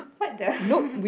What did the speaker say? what the